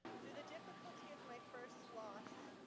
through the difficulty of my first loss,